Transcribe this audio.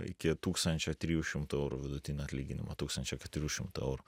iki tūkstančio trijų šimtų eurų vidutinio atlyginimo tūkstančio keturių šimtų eurų